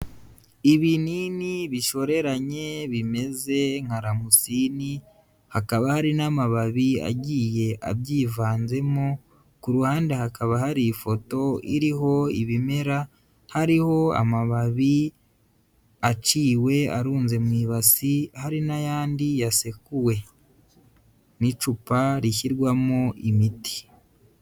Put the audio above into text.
Ibinini bishoreranye, bimeze nka ramusini, hakaba hari n'amababi agiye abyivanzemo, ku ruhande hakaba hari ifoto iriho ibimera, hariho amababi aciwe, arunze mu ibasi, hari n'ayandi yasekuwe n'icupa rishyirwamo imiti.